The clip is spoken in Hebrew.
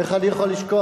איך אני יכול לשכוח?